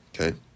Okay